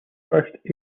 first